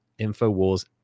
InfoWars